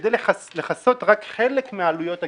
כדי לכסות רק חלק מעלויות הגיוס.